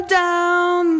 down